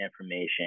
information